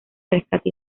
rescate